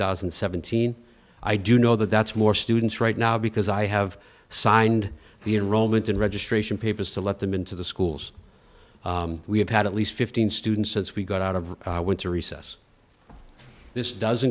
thousand and seventeen i do know that that's more students right now because i have signed the enrollment and registration papers to let them into the schools we have had at least fifteen students since we got out of winter recess this doesn't